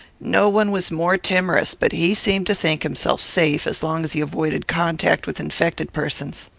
no one was more timorous but he seemed to think himself safe as long as he avoided contact with infected persons.